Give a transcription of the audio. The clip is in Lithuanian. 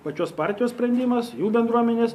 pačios partijos sprendimas jų bendruomenės